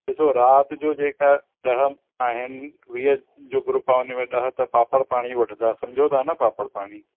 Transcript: ॾिसो राति जो जेका ॾह आहिनि वीहनि जो ग्रूप आहे उने में ॾह त पापड़ पाणी वठंदा सम्झो था न पापड़ पाणी